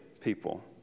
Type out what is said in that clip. people